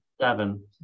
Seven